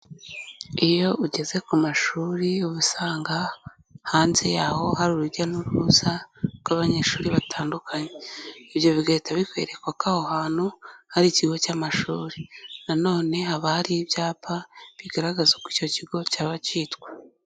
Iyo ugeze ku mashuri uhasanga hanze y'aho hari urujya n'uruza rw'abanyeshuri batandukanye, ibyo bigahita bikwereka ko aho hantu hari ikigo cy'amashuri nanone haba hari ibyapa bigaragaza uko icyo kigo cyaba cyitwa.